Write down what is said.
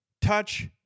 touch